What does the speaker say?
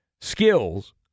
skills